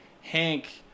Hank